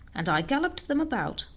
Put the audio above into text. and i galloped them about,